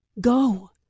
Go